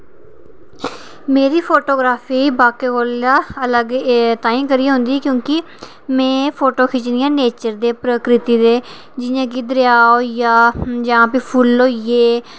मेरी फोटोग्रॉफी बाकियें कोला अलग ऐ ताहीं करियै होंदी कि में फोटू खिच्चनी आं नेचर दे प्रकृति दे जि'यां कि दरेआ होई जा जां भी फुल्ल होई जा